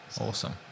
awesome